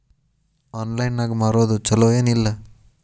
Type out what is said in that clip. Online ನಾಗ್ ಮಾರೋದು ಛಲೋ ಏನ್ ಇಲ್ಲ?